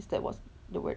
is that what's the word